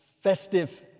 festive